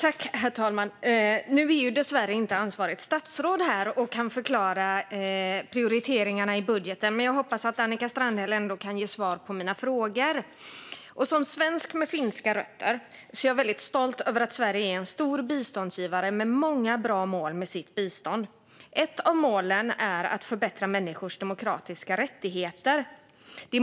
Herr talman! Dessvärre är inte ansvarigt statsråd här och kan förklara prioriteringarna i budgeten, men jag hoppas att Annika Strandhäll kan ge svar på mina frågor. Som svensk med finska rötter är jag stolt över att Sverige är en stor biståndsgivare med många bra mål för sitt bistånd. Ett av målen är att förbättra människors demokratiska rättigheter.